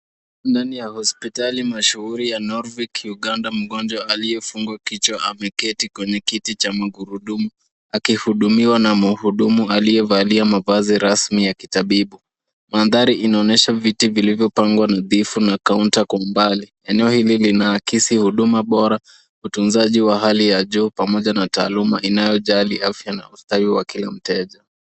Ndani ya hospitali mashuhuri ya NorvIc Uganda, mgonjwa aliyefungwa kichwa ameketi kwenye kiti cha magurudumu akihudumiwa na muhudumu aliyevalia mavazi rasmi ya kitabibu. Mandhari inaonyesha viti vilivyopangwa nadhifu na kaunta kwa umbali eneo hili linaakisi huduma bora, utunzaji wa hali ya juu pamoja na taaluma inayojali afya na ustawi wa kila mteja.